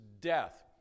death